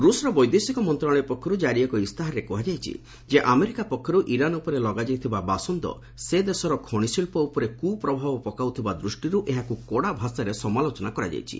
ରୂଷର ବୈଦେଶିକ ମନ୍ତ୍ରଶାଳୟ ପକ୍ଷରୁ ଜାରି ଏକ ଇସ୍ତାହାରରେ କୁହାଯାଇଛି ଯେ ଆମେରିକା ପକ୍ଷରୁ ଇରାନ୍ ଉପରେ ଲଗାଯାଇଥିବା ବାସନ୍ଦ ସେ ଦେଶର ଖଣି ଶିଳ୍ପ ଉପରେ କୁ ପ୍ରଭାବ ପକାଉଥିବା ଦୃଷ୍ଟିରୁ ଏହାକୁ କଡ଼ା ଭାଷାରେ ସମାଲୋଚନା କରାଯାଇଛି